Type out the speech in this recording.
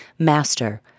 Master